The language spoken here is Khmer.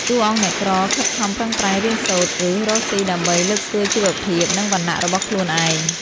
តួអង្គអ្នកក្រខិតខំប្រឹងប្រែងរៀនសូត្រ ឬរកស៊ី ដើម្បីលើកស្ទួយជីវភាព និងវណ្ណៈរបស់ខ្លួនឯង។